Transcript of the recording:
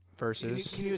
Versus